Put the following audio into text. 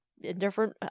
different